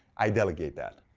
i delegate that.